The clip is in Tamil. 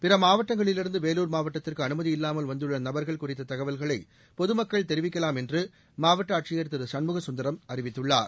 பிற மாவட்டங்களிலிருந்து வேலூர் மாவட்டத்திற்கு அனுமதி இல்லாமல் வந்துள்ள நபர்கள் குறித்த தகவல்களை பொதுமக்கள் தெரிவிக்கலாம் என்று மாவட்ட அறிவித்துள்ளார்